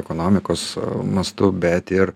ekonomikos mastu bet ir